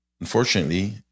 Unfortunately